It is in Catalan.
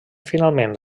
finalment